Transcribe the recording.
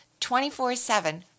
24-7